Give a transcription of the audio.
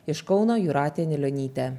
iš kauno jūratė anilionytė